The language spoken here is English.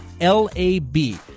L-A-B